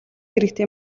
иргэдийн